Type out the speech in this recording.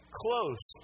close